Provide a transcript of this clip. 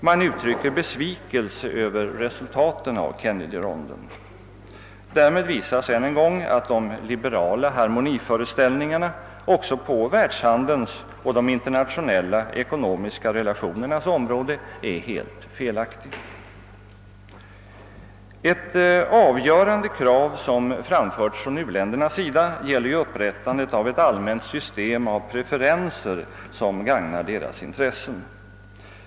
Man uttrycker där besvikelse över resultaten av Kennedyronden. Därmed visas än en gång att de liberala. harmoniföreställningarna också på världshandelns och de internationella ekonomiska relationernas område är helt felaktiga. Ett avgörande krav som framförts från u-länderna gäller ju upprättandet av ett allmänt system av preferenser som gagnar deras intressen.